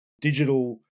digital